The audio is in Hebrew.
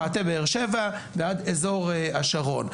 פאתי באר שבע ועד אזור השרון.